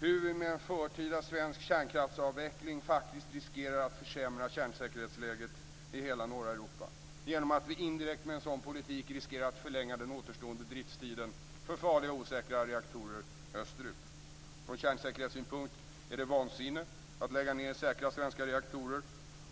hur vi med en förtida svensk kärnkraftsavveckling faktiskt riskerar att försämra kärnsäkerhetsläget i hela norra Europa genom att vi med en sådan politik indirekt riskerar att förlänga den återstående driftstiden för farliga och osäkra reaktorer österut. Från kärnsäkerhetssynpunkt är det vansinne att lägga ned säkra svenska reaktorer.